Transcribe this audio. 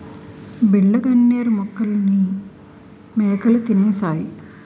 బిళ్ళ గన్నేరు మొక్కల్ని మేకలు తినేశాయి